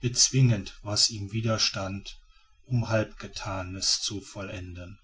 bezwingend was ihm widerstand um halbgethanes zu vollenden